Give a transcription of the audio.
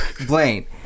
Blaine